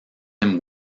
him